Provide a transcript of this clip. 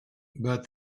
but